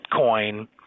Bitcoin –